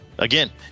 Again